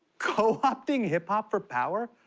co-opting hip-hop for power?